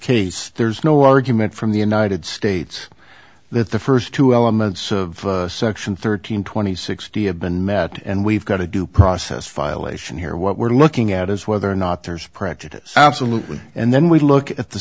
case there's no argument from the united states that the first two elements of section thirteen thousand and sixty have been met and we've got a due process violation here what we're looking at is whether or not there's prejudice absolutely and then we look at the